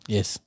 Yes